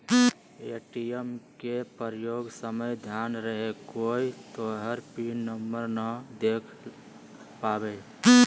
ATM के प्रयोग समय ध्यान रहे कोय तोहर पिन नंबर नै देख पावे